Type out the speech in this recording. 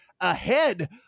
ahead